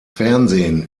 fernsehen